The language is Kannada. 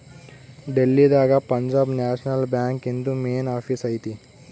ಡೆಲ್ಲಿ ದಾಗ ಪಂಜಾಬ್ ನ್ಯಾಷನಲ್ ಬ್ಯಾಂಕ್ ಇಂದು ಮೇನ್ ಆಫೀಸ್ ಐತಿ